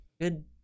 Good